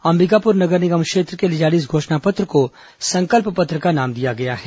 अंबिकापुर नगर निगम क्षेत्र के लिए जारी इस घोषणा पत्र को संकल्प पत्र का नाम दिया गया है